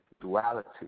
duality